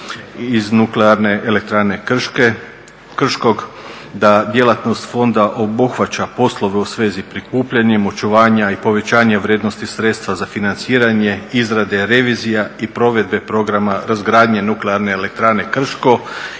Krško, da djelatnost fonda obuhvaća poslove u svezi prikupljanja, očuvanja i povećanja vrijednosti sredstava za financiranje, izrade revizija i provedbe programa razgradnje